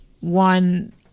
one